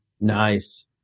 Nice